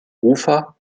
ufer